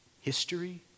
history